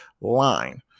line